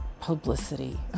publicity